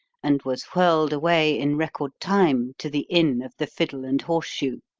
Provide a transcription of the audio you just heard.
and was whirled away in record time to the inn of the fiddle and horseshoe.